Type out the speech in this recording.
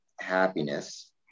happiness